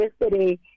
yesterday